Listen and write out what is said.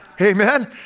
Amen